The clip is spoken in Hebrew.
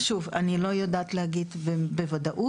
שוב, אני לא יודעת להגיד בוודאות,